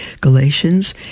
Galatians